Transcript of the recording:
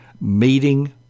Meeting